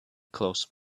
close